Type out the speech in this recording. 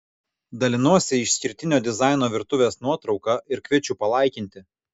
dalinuosi išskirtinio dizaino virtuvės nuotrauka ir kviečiu palaikinti